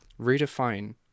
redefine